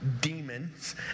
demons